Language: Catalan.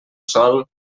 sol